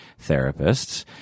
therapists